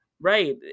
right